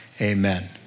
Amen